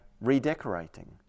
redecorating